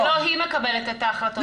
זה לא היא מקבלת את ההחלטות,